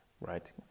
right